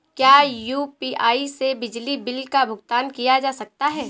क्या यू.पी.आई से बिजली बिल का भुगतान किया जा सकता है?